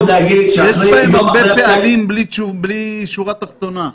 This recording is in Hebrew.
להגיד ------ הרבה פעמים בלי שורה תחתונה.